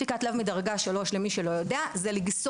אי ספיקת לב מדרגה 3 זה לגסוס.